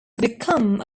become